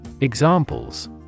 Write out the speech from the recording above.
Examples